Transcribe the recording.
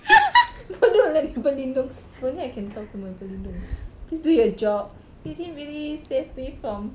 bodoh lah ni pelindung if only I can talk to my pelindung please do your job you didn't really save me from